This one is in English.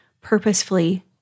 purposefully